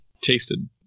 tasted